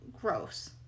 gross